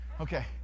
okay